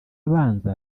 abanza